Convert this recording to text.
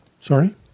Sorry